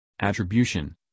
Attribution